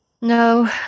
no